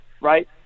right